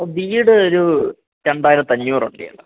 വീട് ഒരു രണ്ടായിരത്തി അഞ്ഞൂറൊക്കെ ഉള്ളു